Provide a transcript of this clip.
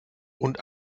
und